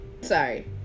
Sorry